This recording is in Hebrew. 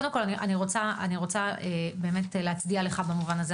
קודם כל אני רוצה באמת להצדיע לך במובן הזה,